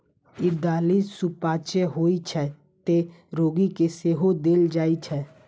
ई दालि सुपाच्य होइ छै, तें रोगी कें सेहो देल जाइ छै